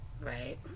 right